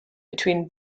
between